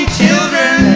children